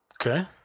Okay